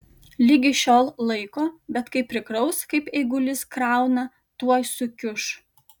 ligi šiol laiko bet kai prikraus kaip eigulys krauna tuoj sukiuš